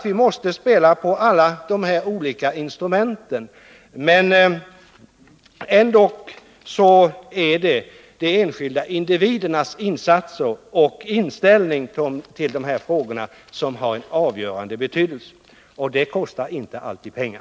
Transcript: Vi måste alltså spela på alla dessa olika instrument. Men ändå är det de enskilda individernas insatser och inställning till dessa frågor som är av avgörande betydelse, och det kostar inte alltid pengar.